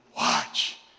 Watch